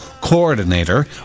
coordinator